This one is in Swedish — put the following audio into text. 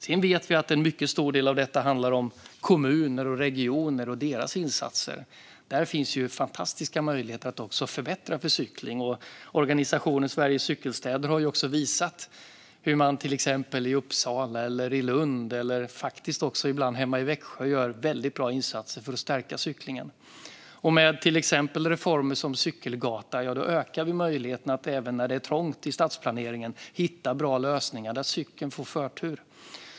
Sedan vet vi att en mycket stor del av detta handlar om kommuner och regioner och deras insatser. Där finns fantastiska möjligheter att förbättra för cykling. Organisationen Svenska Cykelstäder har också visat hur man i till exempel Uppsala och Lund - och faktiskt också ibland hemma i Växjö - gör väldigt bra insatser för att stärka cyklingen. Med reformer som cykelgata ökar vi möjligheten att även när det är trångt i stadsplaneringen hitta bra lösningar där cykeln får förtur.